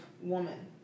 woman